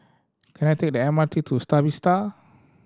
can I take the M R T to Star Vista